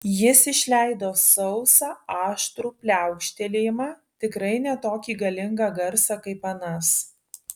jis išleido sausą aštrų pliaukštelėjimą tikrai ne tokį galingą garsą kaip anas